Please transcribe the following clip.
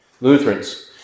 Lutherans